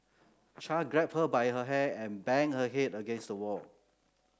Char grabbed her by her hair and banged her head against the wall